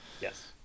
Yes